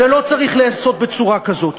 זה לא צריך להיעשות בצורה כזאת.